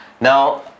Now